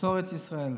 ומסורת ישראל.